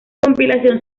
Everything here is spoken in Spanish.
complicación